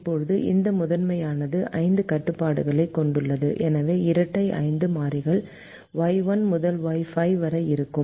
இப்போது இந்த முதன்மையானது ஐந்து கட்டுப்பாடுகளைக் கொண்டுள்ளது எனவே இரட்டை ஐந்து மாறிகள் Y1 முதல் Y5 வரை இருக்கும்